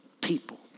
people